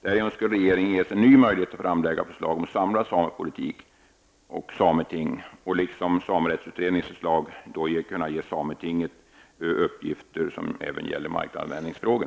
Därigenom skulle regeringen ges en ny möjlighet att framlägga förslag om en samlad samepolitik, och därigenom skulle sametinget, såsom samerättsutredningen föreslog, få en uppgift även när det gäller markanvändningsfrågor.